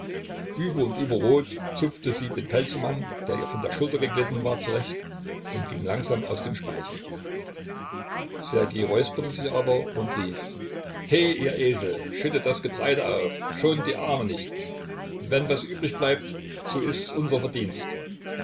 über und über rot zupfte sie den pelzumhang der ihr von der schulter geglitten war zurecht und ging langsam aus dem speicher ssergej räusperte sich aber und rief he ihr esel schüttet das getreide auf schont die arme nicht wenn was übrig bleibt so ist's unser verdienst